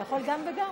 אתה יכול גם וגם.